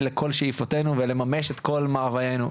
לכל שאיפותינו ולממש את כל מאוויינו,